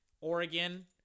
Oregon